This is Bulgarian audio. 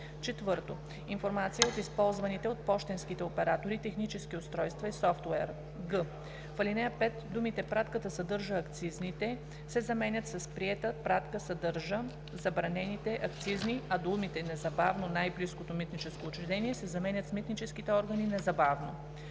акциз; 4. информация от използваните от пощенските оператори технически устройства и софтуер.“; г) в ал. 5 думите „пратката съдържа акцизните“ се заменят с „приета пратка съдържа забранените акцизни“, а думите „незабавно най-близкото митническо учреждение“ се заменят с „митническите органи незабавно“;